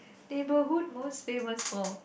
neighbourhood most famous for